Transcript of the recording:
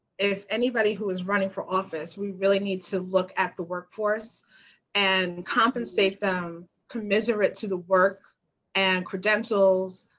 if anybody who is running for office, we really need to look at the workforce and compensate them commensurate to the work and credentials